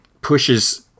pushes